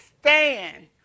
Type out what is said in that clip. stand